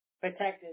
protected